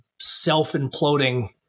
self-imploding